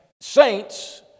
saints